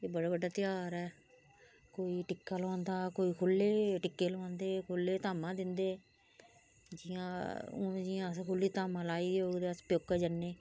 एह् बडा बड्डा त्याहार है कोई टिक्का लुआंदा कोई खुल्ले टिक्के लुआंदे खुल्ले धामां दिंदे जियां हून जियां अस खुल्ली धामां लाइ दी होग ते अस प्योके जन्ने